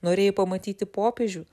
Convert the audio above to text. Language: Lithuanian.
norėjai pamatyti popiežių